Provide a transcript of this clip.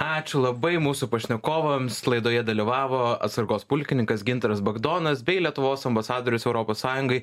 ačiū labai mūsų pašnekovams laidoje dalyvavo atsargos pulkininkas gintaras bagdonas bei lietuvos ambasadorius europos sąjungai